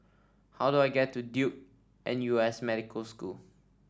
how do I get to Duke N U S Medical School